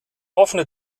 offene